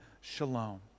shalom